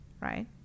right